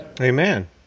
Amen